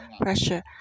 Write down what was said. pressure